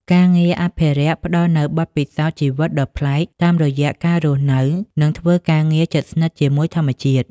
ការងារអភិរក្សផ្តល់នូវបទពិសោធន៍ជីវិតដ៏ប្លែក តាមរយៈការរស់នៅ និងធ្វើការងារជិតស្និទ្ធជាមួយធម្មជាតិ។